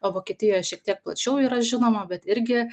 o vokietijoje šiek tiek plačiau yra žinoma bet irgi